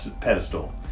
pedestal